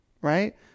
right